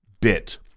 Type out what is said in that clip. bit